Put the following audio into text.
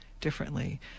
differently